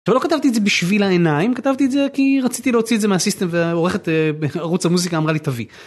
לא כתבתי את זה בשביל העיניים כתבתי את זה כי רציתי להוציא את זה מהסיסטם והעורכת בערוץ המוזיקה אמרה לי תביא.